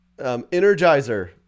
Energizer